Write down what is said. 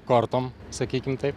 kortom sakykim taip